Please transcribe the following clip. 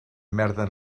merda